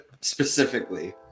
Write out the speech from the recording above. specifically